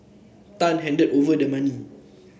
Tan handed over the money